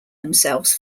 themselves